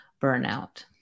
burnout